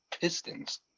Pistons